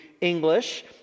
English